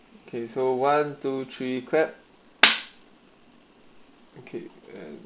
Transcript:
okay so one two three clap okay and